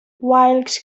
wilkes